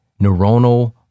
neuronal